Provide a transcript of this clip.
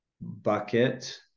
bucket